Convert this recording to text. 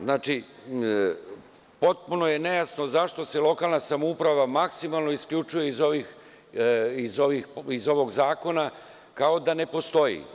Znači, potpuno je nejasno zašto se lokalna samouprava maksimalno isključuje iz ovog zakona, kao da ne postoji.